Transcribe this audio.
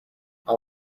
i’ll